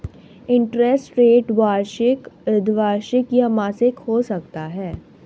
interest rate वार्षिक, अर्द्धवार्षिक या मासिक हो सकता है